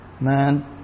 Man